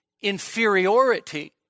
inferiority